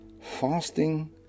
Fasting